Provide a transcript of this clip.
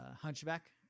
hunchback